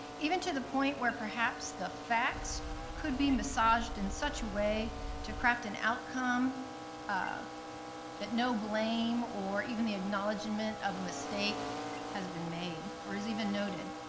even to the point where, perhaps, the facts could be massaged in such a way to correct an outcome um that no blame or even the acknowledgement of a mistake has been made, or is even noted,